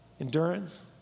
endurance